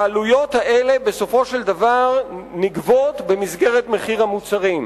העלויות האלה בסופו של דבר נגבות במסגרת מחיר המוצרים.